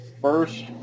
first